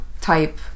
type